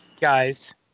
guys